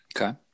Okay